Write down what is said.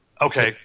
Okay